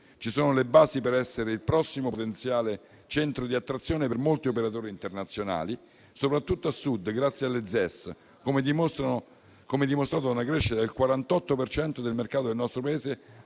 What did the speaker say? Ci sono le basi per essere il prossimo potenziale centro di attrazione per molti operatori internazionali, soprattutto a Sud, grazie alle ZES, come dimostrato da una crescita del 48 per cento del mercato del nostro Paese,